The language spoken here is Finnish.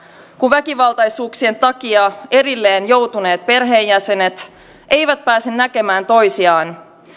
kun väkivaltaisuuksien takia erilleen joutuneet perheenjäsenet eivät pääse näkemään toisiaan